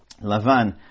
Lavan